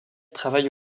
travaille